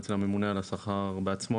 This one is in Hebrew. אצל הממונה על השכר בעצמו,